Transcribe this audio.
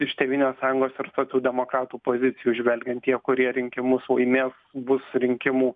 iš tėvynės sąjungos ir socialdemokratų pozicijų žvelgiant tie kurie rinkimus laimės bus rinkimų